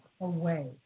away